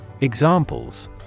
Examples